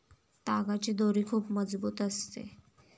तागाची दोरी खूप मजबूत असते